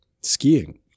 skiing